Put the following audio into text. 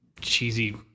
cheesy